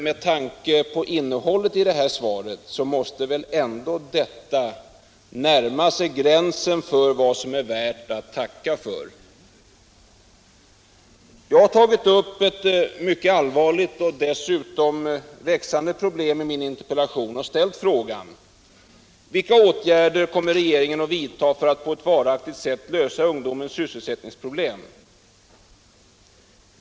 Men innehållet i svaret måste väl ändå närma sig gränsen för vad som är värt att tacka för. Jag har i min interpellation tagit upp ett mycket allvarligt och dessutom växande problem och frågat: Vilka åtgärder kommer regeringen att vidta för att på ett varaktigt sätt lösa ungdomens sysselsättningsproblem?